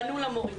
פנו למורים,